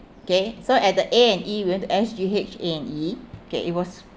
okay so at the A and E we went to S_G_H A and E okay it was